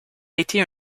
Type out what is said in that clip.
été